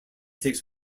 takes